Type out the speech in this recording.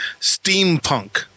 Steampunk